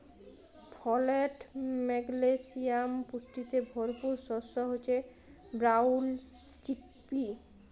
folate, magnesium পুষ্টিতে ভরপুর শস্য হচ্যে ব্রাউল চিকপি